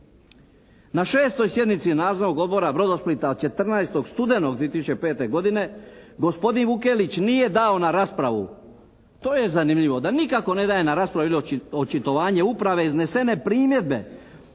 Na 6. sjednici Nadzornog odbora Brodosplita 14. studenog 2005. godine gospodin Vukelić nije dao na raspravu. To je zanimljivo, da nikako ne daje na raspravu ili očitovanje uprave iznesene primjedbe